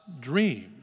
dream